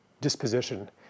disposition